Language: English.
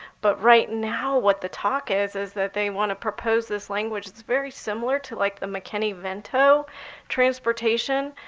but right now what the talk is, is that they want to propose this language that's very similar to like the mckinney-vento transportation